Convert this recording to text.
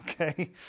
okay